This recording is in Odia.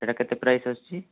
ସେଇଟା କେତେ ପ୍ରାଇସ୍ ଆସୁଛି